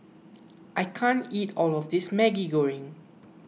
I can't eat all of this Maggi Goreng